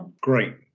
great